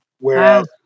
Whereas